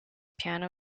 piano